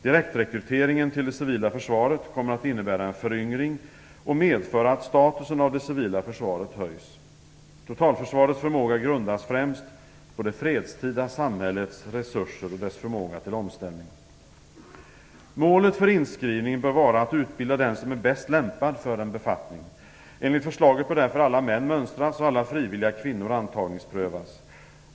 Direktrekryteringen till det civila försvaret kommer att innebära en föryngring samt medföra att statusen av det civila försvaret höjs. Totalförsvaret förmåga grundas främst på det fredstida samhällets resurser och dess förmåga till omställning. Målet för inskrivning bör vara att utbilda den som är bäst lämpad för en befattning. Enligt förslaget bör därför alla män mönstras och alla frivilliga kvinnor antagningsprövas.